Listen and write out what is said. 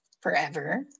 forever